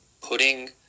putting